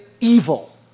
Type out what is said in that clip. evil